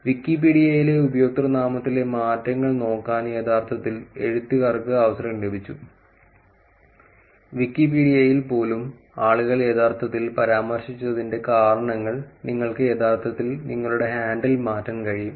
വിക്കിപീഡിയയിലെ ഉപയോക്തൃനാമത്തിലെ മാറ്റങ്ങൾ നോക്കാൻ യഥാർത്ഥത്തിൽ എഴുത്തുകാർക്ക് അവസരം ലഭിച്ചു വിക്കിപീഡിയയിൽ പോലും ആളുകൾ യഥാർത്ഥത്തിൽ പരാമർശിച്ചതിന്റെ കാരണങ്ങൾ നിങ്ങൾക്ക് യഥാർത്ഥത്തിൽ നിങ്ങളുടെ ഹാൻഡിൽ മാറ്റാൻ കഴിയും